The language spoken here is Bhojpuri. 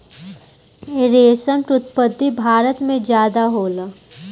रेशम के उत्पत्ति भारत में ज्यादे होला